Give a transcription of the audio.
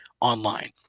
online